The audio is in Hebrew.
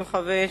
55,